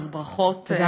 אז ברכות,